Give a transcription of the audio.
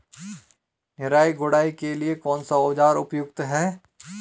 निराई गुड़ाई के लिए कौन सा औज़ार उपयुक्त है?